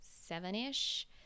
seven-ish